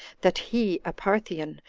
that he, a parthian,